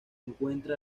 encuentra